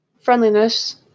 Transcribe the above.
friendliness